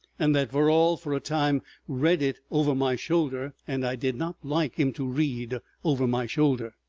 and that verrall for a time read it over my shoulder. and i did not like him to read over my shoulder.